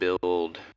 build